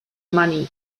money